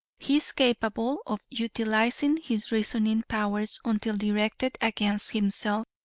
he is capable of utilizing his reasoning powers until directed against himself,